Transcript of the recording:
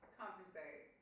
compensate